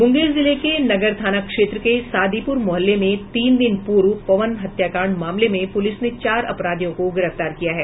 मुंगेर जिले के नगर थाना क्षेत्र के सादीपुर मुहल्ले में तीन दिन पूर्व पवन हत्याकांड मामले में पुलिस ने चार अपराधियों को गिरफ्तार किया है